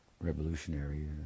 revolutionary